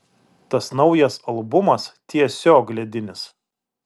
tas naujas albumas tiesiog ledinis